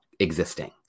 existing